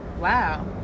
Wow